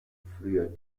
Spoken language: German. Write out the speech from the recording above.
früher